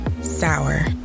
Sour